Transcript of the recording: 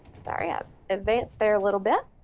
sorry, i've advanced there a little bit.